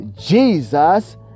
Jesus